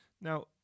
Now